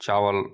चावल